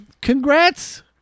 Congrats